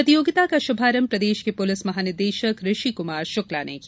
प्रतियोगिता का शुभारंभ प्रदेश के पुलिस महानिदेशक ऋषि कुमार शुक्ला ने किया